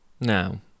Now